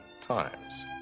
times